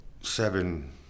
seven